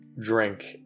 drink